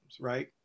right